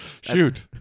Shoot